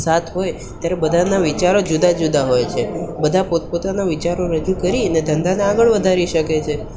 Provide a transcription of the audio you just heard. સાથ હોય ત્યારે બધાંના વિચારો જુદાં જુદાં હોય છે બધાં પોતપોતાના વિચારો રજૂ કરીને ધંધાને આગળ વધારી શકે છે